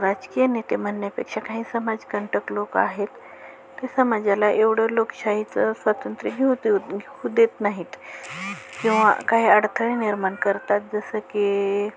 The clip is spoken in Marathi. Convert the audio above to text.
राजकीय नेते म्हणण्यापेक्षा काही समाजकंटक लोक आहेत ते समाजाला एवढं लोकशाहीचं स्वातंत्र्य घेऊ देऊ घेऊ देत नाहीत किंवा काही अडथळे निर्माण करतात जसं की